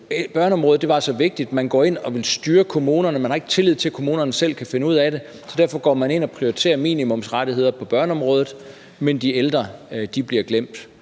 børneområdet var så vigtigt? Man går ind og vil styre kommunerne, fordi man ikke har tillid til, at kommunerne selv kan finde ud af det, så derfor går man ind og prioriterer minimumsrettigheder på børneområdet, men de ældre bliver glemt.